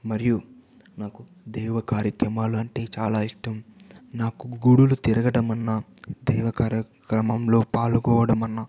మరియు నాకు దేవ కార్యక్రమాలు అంటే చాలా ఇష్టం నాకు గుడులు తిరగడం అన్నా దైవ కార్యక్రమంలో పాల్గొనడం అన్న